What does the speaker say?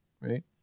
right